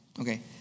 Okay